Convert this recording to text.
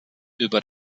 über